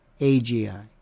AGI